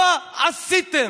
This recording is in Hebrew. מה עשיתם?